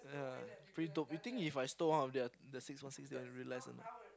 yeah pretty dope you think If I stole one of their the six one six they will realise or not